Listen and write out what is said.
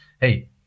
Hey